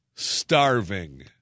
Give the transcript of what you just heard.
starving